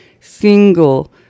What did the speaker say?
single